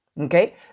okay